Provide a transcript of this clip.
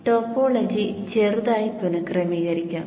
topology ചെറുതായി പുനഃക്രമീകരിക്കാം